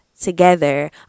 together